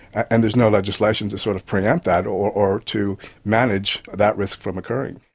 and there's no legislation to sort of pre-empt that or or to manage that risk from occurring.